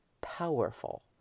powerful